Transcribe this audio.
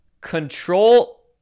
control